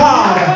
God